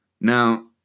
now